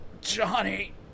Johnny